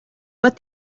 but